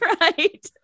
right